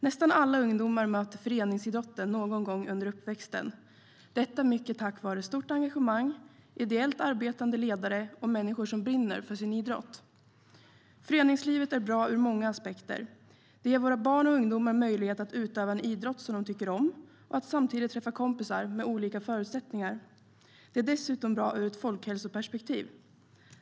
Nästan alla ungdomar möter föreningsidrotten någon gång under uppväxten, mycket tack vare stort engagemang, ideellt arbetande ledare och människor som brinner för sin idrott. Föreningslivet är bra ur många aspekter. Det ger våra barn och ungdomar möjlighet att utöva en idrott som de tycker om och att samtidigt träffa kompisar med olika förutsättningar. Det är dessutom bra ur ett folkhälsoperspektiv.